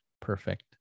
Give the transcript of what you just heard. perfect